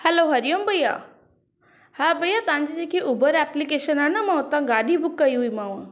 hello हरिओमु भैया हा भैया तव्हां जी जेकी उबर एप्लिकेशन आहे न मां उतां गाॾी बुक कई हुई मांव